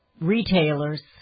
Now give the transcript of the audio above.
retailers